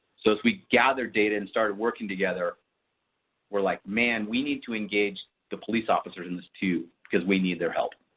so as we gather data and started working together we were like man we need to engage the police officers in this too because we need their help.